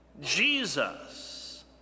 Jesus